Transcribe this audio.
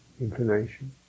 inclination